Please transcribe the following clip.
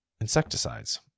insecticides